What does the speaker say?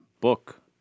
book